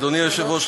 אדוני היושב-ראש,